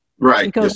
Right